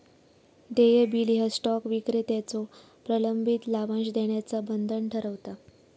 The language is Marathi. देय बिल ह्या स्टॉक विक्रेत्याचो प्रलंबित लाभांश देण्याचा बंधन ठरवता